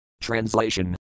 Translation